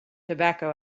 tobacco